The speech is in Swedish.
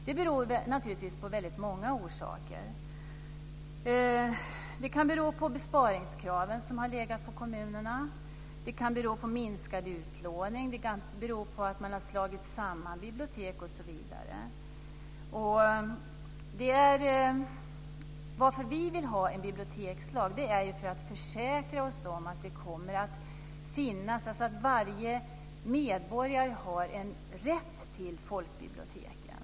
Det beror naturligtvis på väldigt många orsaker. Det kan bero på besparingskraven som har legat på kommunerna. Det kan bero på minskad utlåning. Det kan bero på att man har slagit samman bibliotek osv. Att vi vill ha en bibliotekslag beror på att vi vill försäkra oss om att det här kommer att finnas, att varje medborgare har en rätt till folkbiblioteken.